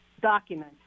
document